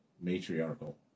matriarchal